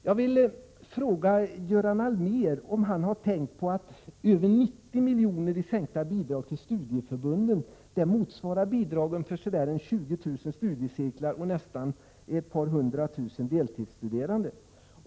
Har Göran Allmér tänkt på att över 90 miljoner i sänkta bidrag till studieförbunden, motsvarar bidraget för ungefär 20 000 studiecirklar och nästan ett par 100 000 deltidsstuderande?